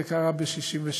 זה קרה ב-67',